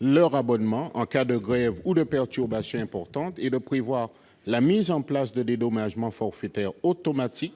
leurs abonnements en cas de grève ou de perturbations importantes et de prévoir la mise en place de dédommagements forfaitaires automatiques